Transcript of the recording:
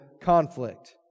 conflict